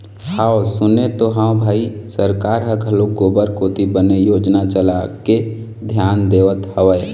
हव सुने तो हव भई सरकार ह घलोक गोबर कोती बने योजना चलाके धियान देवत हवय